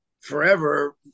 forever